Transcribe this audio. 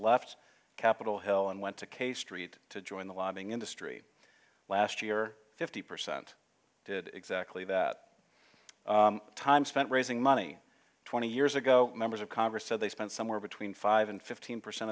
left capitol hill and went to k street to join the lobbying industry last year fifty percent did exactly that time spent raising money twenty years ago members of congress said they spent somewhere between five and fifteen percent